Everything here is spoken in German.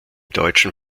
deutschen